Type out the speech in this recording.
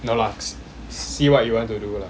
no lah see what you want to do lah